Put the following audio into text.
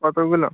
কতগুলো